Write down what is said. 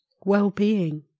well-being